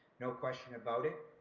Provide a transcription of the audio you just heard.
no question about it.